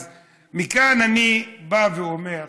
מכאן אני בא ואומר: